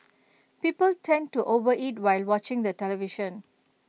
people tend to overeat while watching the television